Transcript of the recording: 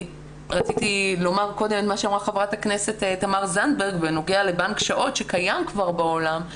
כמו שאמרה חברת הכנסת זנדברג בנוגע לבנק שעות שקיים כבר בעולם,